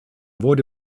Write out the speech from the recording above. wurde